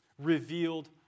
revealed